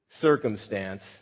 circumstance